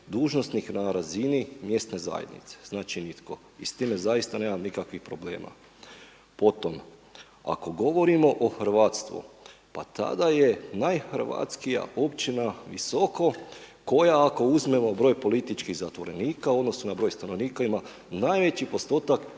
dužnosnik na razini mjesne zajednice. Znači, nitko. I s time zaista nemam nikakvih problema. Potom ako govorimo o hrvatstvu, pa tada je najhrvatskija općina Visoko koja ako uzmemo broj političkih zatvorenika u odnosu na broj stanovnika ima najveći postotak